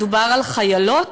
מדובר על חיילות,